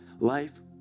life